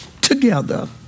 together